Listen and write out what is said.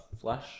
flush